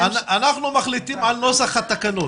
אנחנו מחליטים על נוסח התקנות.